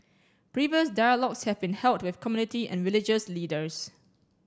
previous dialogues have been held with community and religious leaders